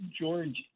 George